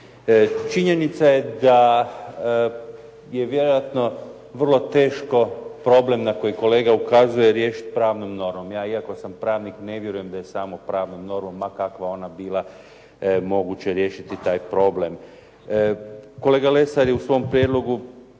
Činjenica je da je vjerojatno vrlo teško problem na koji kolega ukazuje, riješit pravnom normom. Ja, iako sam pravnik, ne vjerujem da je samo pravnom normom ma kakva ona bila, moguće riješiti taj problem. Kolega Lesar je u svom prijedlogu